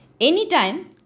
anytime